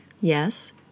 Yes